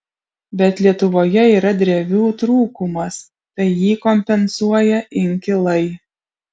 bet lietuvoje yra drevių trūkumas tai jį kompensuoja inkilai